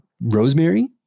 rosemary